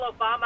Obama